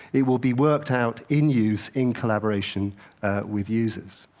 it will be worked out in use, in collaboration with users.